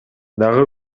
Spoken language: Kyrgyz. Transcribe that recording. дагы